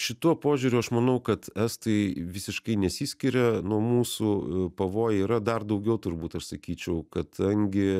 šituo požiūriu aš manau kad estai visiškai nesiskiria nuo mūsų pavojai yra dar daugiau turbūt aš sakyčiau kadangi